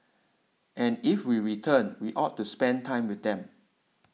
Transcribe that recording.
and if we return we ought to spend time with them